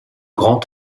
grands